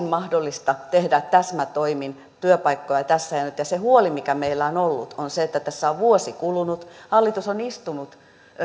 mahdollista tehdä täsmätoimin työpaikkoja tässä ja nyt ja se huoli mikä meillä on ollut on se että tässä on vuosi kulunut hallitus on istunut